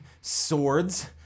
swords